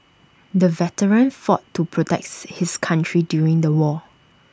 the veteran fought to protects his country during the war